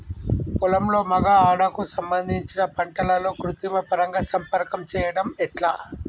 పొలంలో మగ ఆడ కు సంబంధించిన పంటలలో కృత్రిమ పరంగా సంపర్కం చెయ్యడం ఎట్ల?